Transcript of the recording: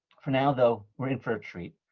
for now, though, we're in for a treat.